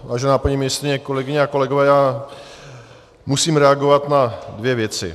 Vážená paní ministryně, kolegyně a kolegové, já musím reagovat na dvě věci.